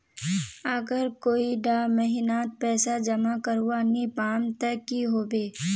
अगर कोई डा महीनात पैसा जमा करवा नी पाम ते की होबे?